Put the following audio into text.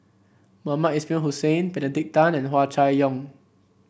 Mohamed Ismail Hussain Benedict Tan and Hua Chai Yong